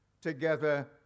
together